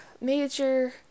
major